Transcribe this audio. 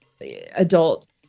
adult